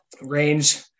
range